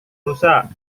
rusak